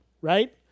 Right